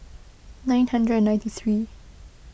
nine hundred and ninety three